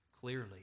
clearly